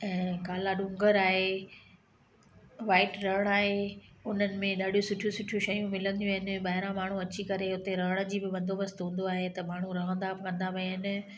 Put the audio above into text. ऐं काला डूंगर आहे वाइट रण आहे उन्हनि में ॾाढी सुठी सुठी शयूं मिलंदियूं आहिनि ॿाहिरां माण्हू उते अची करे रहण जी बि बंदोबस्तु हूंदो आहे त माण्हू रहंदा कंदा बि आहिनि